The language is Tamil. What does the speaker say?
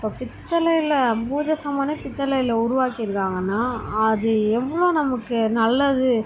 இப்போ பித்தளையில் பூஜை சாமான்னே பித்தளையில் உருவாக்கிருக்காங்கன்னா அது எவ்வளோ நமக்கு நல்லது